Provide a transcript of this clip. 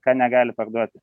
ką negali parduoti